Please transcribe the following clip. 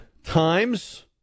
Times